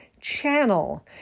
channel